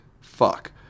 fuck